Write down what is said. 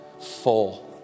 full